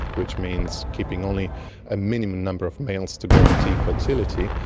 which means keeping only a minimum number of males to guarantee fertility,